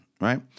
right